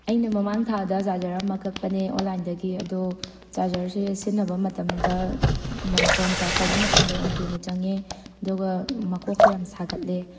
ꯑꯩꯅ ꯃꯃꯥꯡ ꯊꯥꯗ ꯆꯥꯔꯖ꯭ꯔ ꯑꯃ ꯀꯛꯄꯅꯦ ꯑꯣꯟꯂꯥꯏꯟꯗꯒꯤ ꯑꯗꯣ ꯆꯥꯔꯖ꯭ꯔꯁꯦ ꯁꯤꯖꯤꯟꯅꯕ ꯃꯇꯝꯗ ꯐꯣꯟ ꯆꯥꯔ꯭ꯖ ꯇꯧꯕ ꯃꯇꯝꯗ ꯌꯥꯝ ꯀꯨꯏꯅ ꯆꯪꯉꯦ ꯑꯗꯨꯒ ꯃꯀꯣꯛꯁꯨ ꯌꯥꯝ ꯁꯥꯒꯠꯂꯦ